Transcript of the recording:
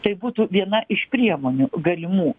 tai būtų viena iš priemonių galimų